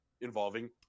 involving